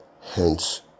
Hence